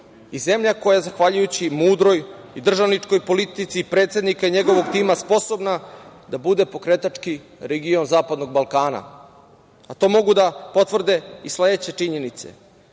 i zemlja koja je zahvaljujući mudroj i državničkoj politici predsednika i njegovog tima sposobna da bude pokretački region Zapadnog Balkana, a to mogu da potvrde i sledeće činjenice. Donirali